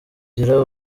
gira